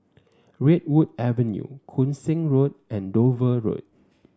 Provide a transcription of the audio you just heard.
Redwood Avenue Koon Seng Road and Dover Road